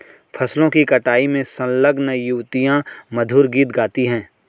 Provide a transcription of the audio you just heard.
फसलों की कटाई में संलग्न युवतियाँ मधुर गीत गाती हैं